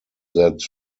that